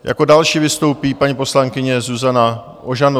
Jako další vystoupí paní poslankyně Zuzana Ožanová.